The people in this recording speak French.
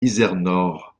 izernore